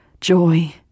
joy